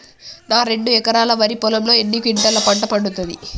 నా రెండు ఎకరాల వరి పొలంలో ఎన్ని క్వింటాలా పంట పండుతది?